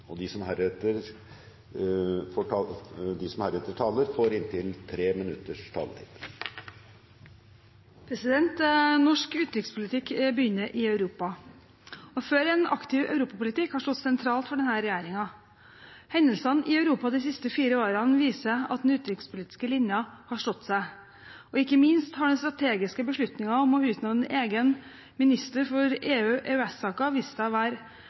vitenskap. De talere som heretter får ordet, har en taletid på inntil 3 minutter. Norsk utenrikspolitikk begynner i Europa. Å føre en aktiv europapolitikk har stått sentralt for denne regjeringen. Hendelsene i Europa de siste fire årene viser at den utenrikspolitiske linjen har stått seg, og ikke minst har den strategiske beslutningen om å utnevne en egen minister for EU-/EØS-saker vist seg